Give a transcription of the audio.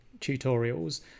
tutorials